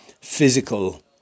physical